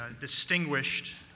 distinguished